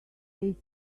they